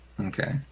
Okay